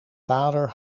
vader